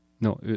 no